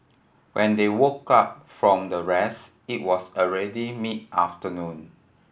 when they woke up from the rest it was already mid afternoon